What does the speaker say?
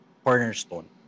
Cornerstone